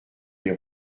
les